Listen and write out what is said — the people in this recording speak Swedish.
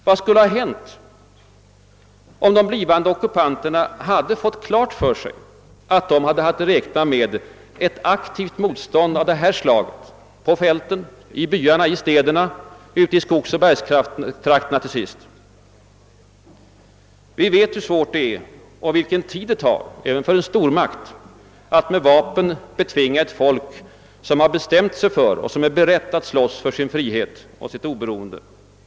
Vad skulle ha hänt, om de blivande ockupanterna hade fått klart för sig, att de hade att räkna med ett aktivt motstånd av detta slag på fälten, i byarna, i städerna och till sist ute i skogsoch bergstrakterna? Vi vet hur svårt det är och vilken tid det tar — även för en stormakt — att med vapen betvinga ett folk, som har bestämt sig för och är berett att slåss för sin frihet och sitt oberoende.